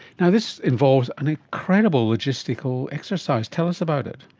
yeah this involves an incredible logistical exercise. tell us about it.